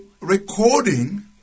recording